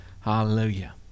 Hallelujah